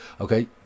Okay